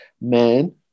man